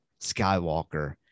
Skywalker